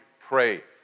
pray